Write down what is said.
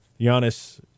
Giannis